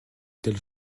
telle